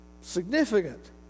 significant